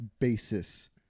basis